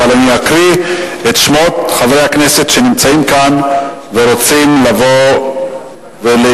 אבל אני אקריא את שמות חברי הכנסת שנמצאים כאן ורוצים לבוא ולהסתייג.